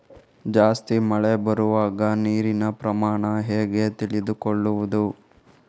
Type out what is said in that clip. ಜಾಸ್ತಿ ಮಳೆ ಬರುವಾಗ ನೀರಿನ ಪ್ರಮಾಣ ಹೇಗೆ ತಿಳಿದುಕೊಳ್ಳುವುದು?